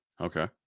Okay